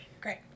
Great